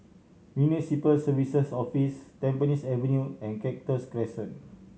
Municipal Services Office Tampines Avenue and Cactus Crescent